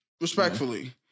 Respectfully